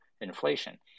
inflation